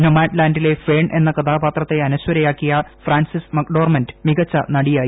നൊമാഡ്ലാന്റിലെ Fern എന്ന കഥാപാത്രത്തെ അനശ്വരയാക്കിയ ഫ്രാൻസിസ് മെക്ഡോർമെന്റ് മികച്ച നടിയായി